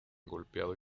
golpeado